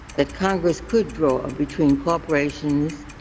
that congress could draw um between corporations